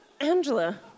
Angela